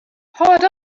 hâld